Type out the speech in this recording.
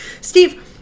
Steve